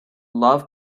love